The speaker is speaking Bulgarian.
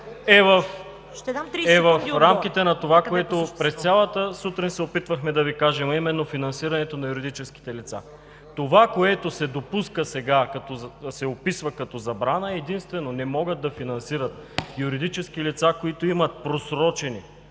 …е в рамките на това, което през цялата сутрин се опитвахме да Ви кажем, а именно финансирането на юридическите лица. Това, което сега се описва като забрана, е единствено, че не могат да финансират юридически лица, които имат просрочени